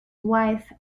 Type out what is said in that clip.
wife